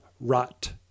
Rot